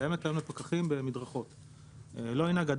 קיימת היום לפקחים במדרכות.